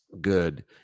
good